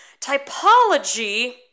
Typology